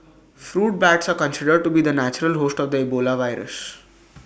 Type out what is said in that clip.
fruit bats are considered to be the natural host of the Ebola virus